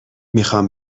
میخوام